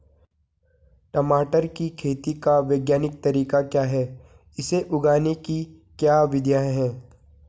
टमाटर की खेती का वैज्ञानिक तरीका क्या है इसे उगाने की क्या विधियाँ हैं?